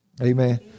Amen